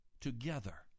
together